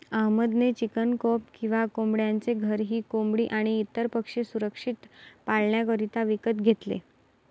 अहमद ने chicken coop किंवा कोंबड्यांचे घर ही कोंबडी आणी इतर पक्षी सुरक्षित पाल्ण्याकरिता विकत घेतले